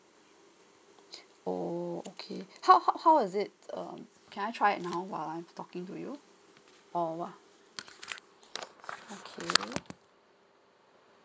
oh okay how how was it um can I try it now while I'm talking to you oh what okay